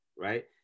right